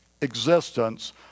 existence